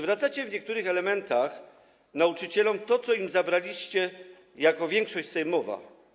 W niektórych elementach przywracacie nauczycielom to, co im zabraliście jako większość sejmowa.